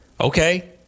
Okay